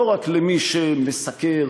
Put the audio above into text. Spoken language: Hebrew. לא רק למי שמסקר,